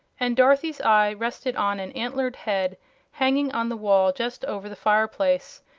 and dorothy's eye rested on an antlered head hanging on the wall just over the fireplace,